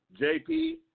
JP